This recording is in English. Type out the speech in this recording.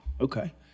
okay